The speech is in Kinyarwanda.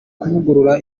kuvugurura